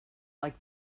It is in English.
like